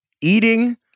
eating